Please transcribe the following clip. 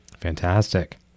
Fantastic